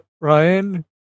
ryan